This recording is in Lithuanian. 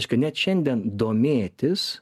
reiškia net šiandien domėtis